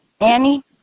Annie